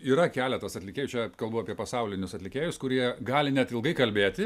yra keletas atlikėjų čia kalbu apie pasaulinius atlikėjus kurie gali net ilgai kalbėti